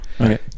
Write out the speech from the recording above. Okay